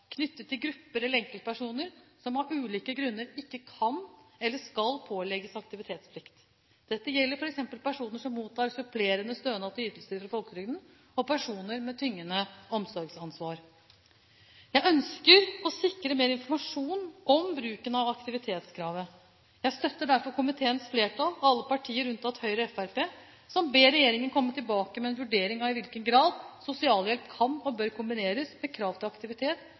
knyttet til grupper eller enkeltpersoner som av ulike grunner ikke kan eller skal pålegges aktivitetsplikt. Dette gjelder f.eks. personer som mottar supplerende stønad til ytelser fra folketrygden, og personer med tyngende omsorgsansvar. Jeg ønsker å sikre mer informasjon om bruken av aktivitetskravet. Jeg støtter derfor komiteens flertall, alle partier unntatt Høyre og Fremskrittspartiet, som «ber regjeringen komme tilbake med en vurdering av i hvilken grad sosialhjelp kan og bør kombineres med krav til aktivitet,